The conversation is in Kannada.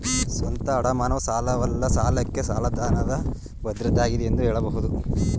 ಸ್ವಂತ ಅಡಮಾನವು ಸಾಲವಲ್ಲ ಸಾಲಕ್ಕೆ ಸಾಲದಾತನ ಭದ್ರತೆ ಆಗಿದೆ ಎಂದು ಹೇಳಬಹುದು